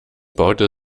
baute